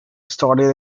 started